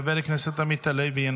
חבר הכנסת עמית הלוי,